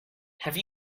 have